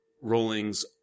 Rowling's